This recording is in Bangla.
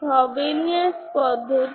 cos4mπb ax 0 হয়